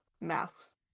masks